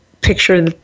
picture